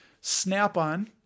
Snap-on